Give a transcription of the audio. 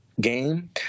game